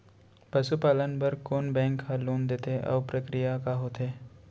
पसु पालन बर कोन बैंक ह लोन देथे अऊ प्रक्रिया का होथे?